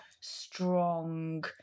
strong